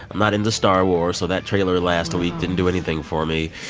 i'm not into star wars. so that trailer last week didn't do anything for me.